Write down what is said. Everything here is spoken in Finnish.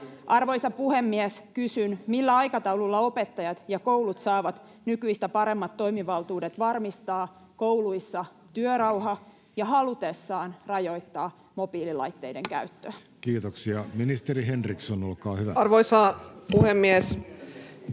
Arvoisa puhemies! Kysyn: millä aikataululla opettajat ja koulut saavat nykyistä paremmat toimivaltuudet varmistaa kouluissa työrauha ja halutessaan rajoittaa mobiililaitteiden käyttöä? Kiitoksia. — Ministeri Henriksson, olkaa hyvä. Arvoisa puhemies!